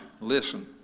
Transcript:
Listen